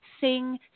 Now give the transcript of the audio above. sing